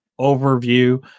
overview